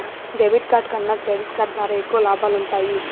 debit card కన్నా credit card ద్వారా ఎక్కువ లాబాలు వుంటయ్యి